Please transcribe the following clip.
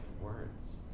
words